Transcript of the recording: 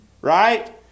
right